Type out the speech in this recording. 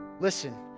listen